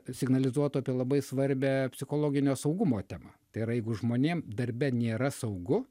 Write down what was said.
signalizuotų apie labai svarbią psichologinio saugumo temą tai yra jeigu žmonėm darbe nėra saugu